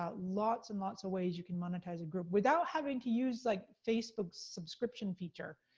ah lots and lots of ways you can monetize a group. without having to use like facebook's subscription feature.